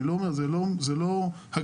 זה לא הגיג,